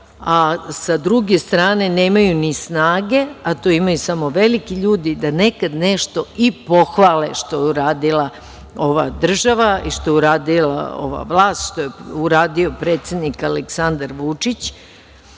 a sa druge strane nemaju ni snage. To imaju samo veliki ljudi, da nekad nešto i pohvale što je uradila ova država i što je uradila ova vlast, što je uradio predsednik Aleksandar Vučić